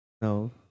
No